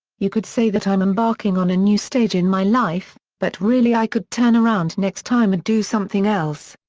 you could say that i'm embarking on a new stage in my life, but really i could turn around next time and do something else.